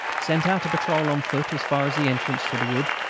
sent out a patrol on foot as far as the entrance to the wood,